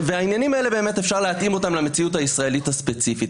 העניינים האלה אפשר להתאים למציאות הישראלית הספציפית.